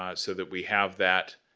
um so that we have that,